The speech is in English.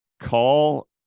call